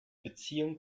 beziehung